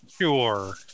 Sure